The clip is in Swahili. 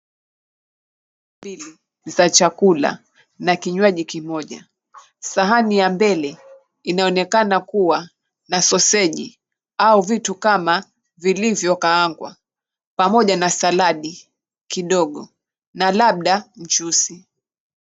Sahani mbili za chakula na kinywaji kimoja, sahani ya mbele inaonekana kuwa na soseji au vitu kama vilivyokaangwa, pamoja na saladi kidogo na labda mchuzi.